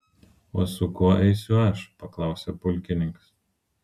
o su kuo eisiu aš paklausė pulkininkas